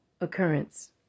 occurrence